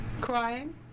crying